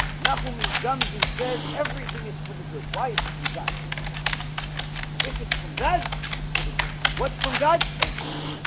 now kumys gums who said everything is for the good. why it's from god if it's from god. it's for the good. what's from god everything?